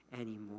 anymore